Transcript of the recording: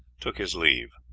took his leave.